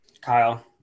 Kyle